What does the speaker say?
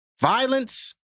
Violence